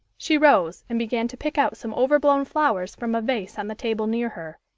she rose, and began to pick out some overblown flowers from a vase on the table near her.